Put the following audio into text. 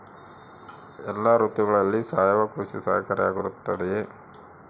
ಎಲ್ಲ ಋತುಗಳಲ್ಲಿ ಸಾವಯವ ಕೃಷಿ ಸಹಕಾರಿಯಾಗಿರುತ್ತದೆಯೇ?